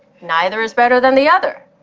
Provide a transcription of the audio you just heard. neither is better than the other,